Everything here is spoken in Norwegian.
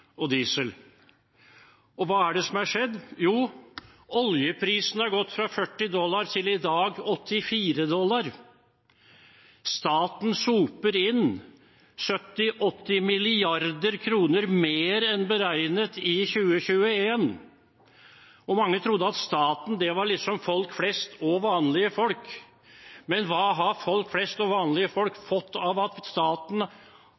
Hva er det som har skjedd? Jo, oljeprisen har gått fra 40 dollar per fat til i dag 84 dollar per fat. Staten soper inn 70–80 mrd. kr mer enn beregnet i 2021. Mange trodde at staten var folk flest og vanlige folk. Men hva har folk flest og vanlige folk fått ut av at staten